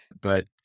but-